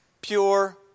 Pure